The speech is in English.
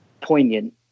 poignant